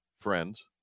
friends